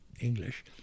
English